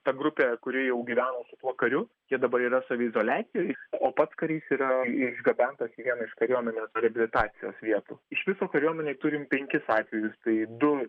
ta grupė kuri jau gyvena su tuo kariu jie dabar yra saviizoliacijoj o pats karys yra išgabentas į vieną iš kariuomenės reabilitacijos vietų iš viso kariuomenėj turim penkis atvejus tai du